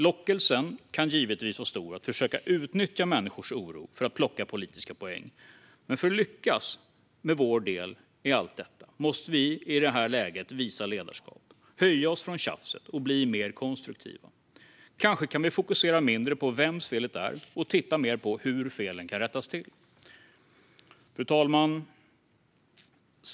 Lockelsen kan givetvis vara stor att försöka utnyttja människors oro för att plocka politiska poäng, men för att lyckas med vår del i allt det här måste vi i detta läge visa ledarskap, höja oss över tjafset och bli mer konstruktiva. Kanske kan vi fokusera mindre på vems felet är och titta mer på hur felen kan rättas till. Fru talman!